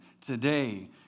Today